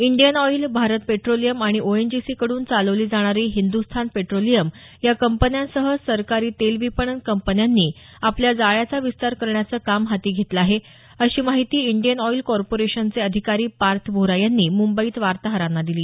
Indian Oil Bharat Petroleum आणि ओएनजीसीकडून चालवली जाणारी हिंदस्तान पेट्रोलियम या कंपन्यांसह सरकारी तेल विपणन कंपन्यांनी आपल्या जाळ्याचा विस्तार करण्याचं काम हाती घेतलं आहे अशी माहिती इंडियन ऑईल कॉर्पोरेशनचे अधिकारी पार्थ व्होरा यांनी मुंबईत वार्ताहरांना दिली